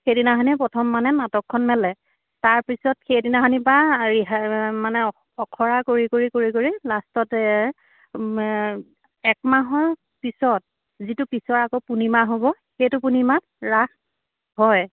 সেইদিনাখনেই প্ৰথম মানে নাটকখন মেলে তাৰ পিছত সেইদিনাখনৰপৰা আখৰা কৰি কৰি কৰি কৰি লাষ্টত একমাহৰ পিছত যিটো পিছৰ আকৌ পূৰ্ণিমা হ'ব সেইটো পূৰ্ণিমাত ৰাস হয়